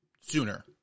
sooner